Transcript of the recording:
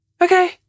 Okay